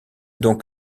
donc